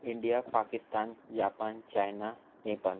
India Pakistan Japan China Nepal